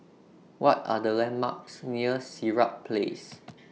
What Are The landmarks near Sirat Place